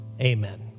Amen